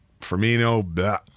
Firmino